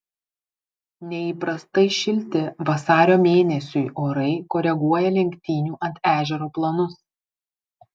neįprastai šilti vasario mėnesiui orai koreguoja lenktynių ant ežero planus